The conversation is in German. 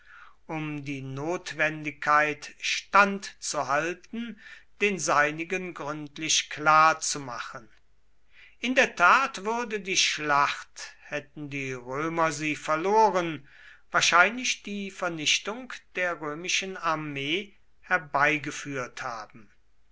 um die notwendigkeit standzuhalten den seinigen gründlich klar zu machen in der tat würde die schlacht hätten die römer sie verloren wahrscheinlich die vernichtung der römischen armee herbeigeführt haben